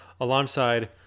alongside